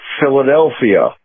philadelphia